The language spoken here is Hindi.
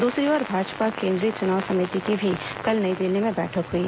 दूसरी ओर भाजपा केंद्रीय चुनाव समिति की भी कल नई दिल्ली में बैठक हुई